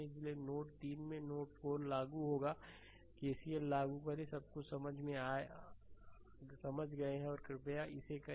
इसलिए नोड 3 में नोड 4 लागू होगा केसीएल लागू करें सब कुछ समझ गए हैं और कृपया इसे करें